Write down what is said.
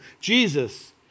Jesus